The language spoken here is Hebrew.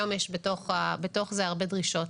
היום בתוך זה יש הרבה דרישות.